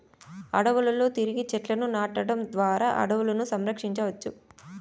అడవులలో తిరిగి చెట్లను నాటడం ద్వారా అడవులను సంరక్షించవచ్చు